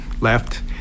left